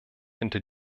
hinter